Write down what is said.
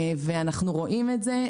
אנו רואים את זה.